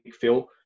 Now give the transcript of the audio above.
phil